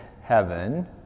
heaven